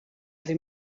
sie